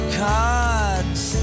cards